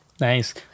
Nice